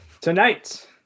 Tonight